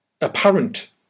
apparent